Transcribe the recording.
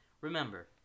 Remember